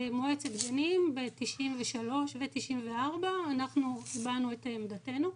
למועצת הגנים, ב-93 ו-94, אנחנו הבענו את עמדתנו.